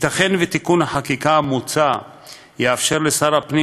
ייתכן שתיקון החקיקה המוצע יאפשר לשר הפנים